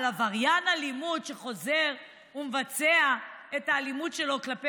אבל עבריין אלימות שחוזר ומבצע את האלימות שלו כלפי